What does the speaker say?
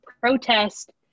protest